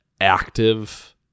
active